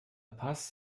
paz